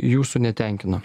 jūsų netenkino